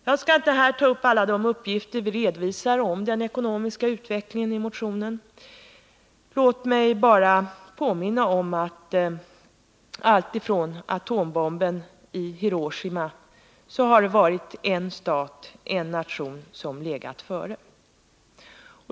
Jag skall inte här ta upp alla de uppgifter som vi i motionen redovisar om den historiska utvecklingen. Låt mig bara påminna om att alltifrån atombomben i Hiroshima har det varit en stat, en nation, som har legat före.